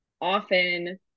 often